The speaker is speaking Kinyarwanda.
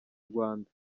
rwanda